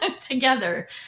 together